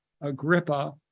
Agrippa